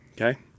Okay